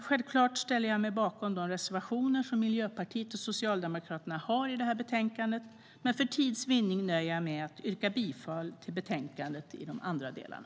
Självklart ställer jag mig bakom de reservationer som Miljöpartiet och Socialdemokraterna har i det här betänkandet, men för tids vinnande nöjer jag mig med att yrka bifall till förslagen i de andra delarna.